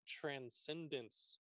transcendence